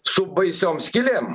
su baisiom skylėm